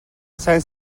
сайн